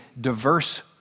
diverse